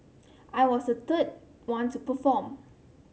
I was the third one to perform